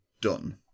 Done